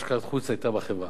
היתה בחברה.